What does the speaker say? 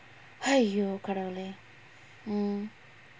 !haiyo! கடவுளே:kadavulae mm